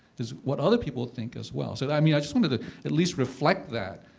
it's what other people think as well. so i mean, i just wanted to at least reflect that.